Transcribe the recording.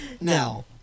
Now